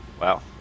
wow